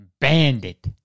Bandit